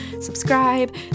Subscribe